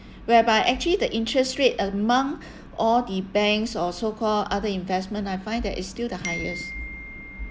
whereby actually the interest rate among all the banks or so-called other investment I find that it's still the highest